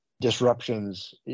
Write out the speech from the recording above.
disruptions